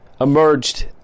emerged